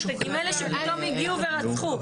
מאלה שפתאום הגיעו ורצחו,